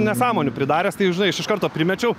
nesąmonių pridaręs tai žinai aš iš karto primečiau